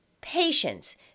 patience